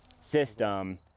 system